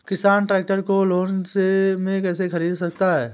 किसान ट्रैक्टर को लोन में कैसे ख़रीद सकता है?